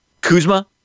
Kuzma